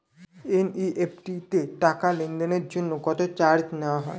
NEFT তে টাকা লেনদেনের জন্য কত চার্জ নেয়া হয়?